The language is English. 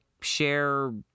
share